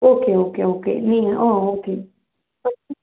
okay okay okay நீங்கள் ஆ okay